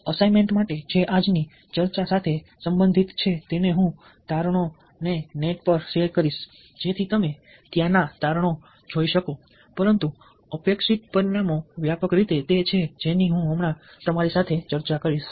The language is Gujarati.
અસાઇનમેન્ટ જે આજની ચર્ચા સાથે સંબંધિત છે તેને હું તારણો નેટ પર શેર કરીશ જેથી તમે ત્યાંના તારણો જોઈ શકો પરંતુ અપેક્ષિત પરિણામો વ્યાપક રીતે તે છે જેની હું હમણાં તમારી સાથે ચર્ચા કરીશ